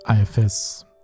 IFS